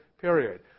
period